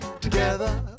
Together